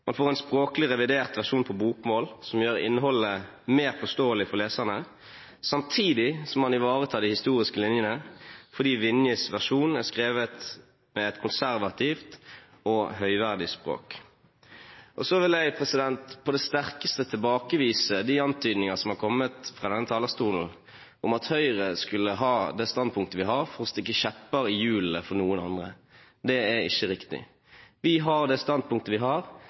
Man får en språklig revidert versjon på bokmål, som gjør innholdet mer forståelig for leserne. Samtidig ivaretar man de historiske linjene, fordi Vinjes versjon er skrevet i et konservativt og høyverdig språk. Jeg vil på det sterkeste tilbakevise antydninger fra denne talerstolen om at vi i Høyre har det standpunktet vi har, for å stikke kjepper i hjulene for noen andre. Det er ikke riktig. Vi har det standpunktet vi har,